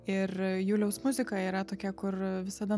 ir juliaus muzika yra tokia kur visada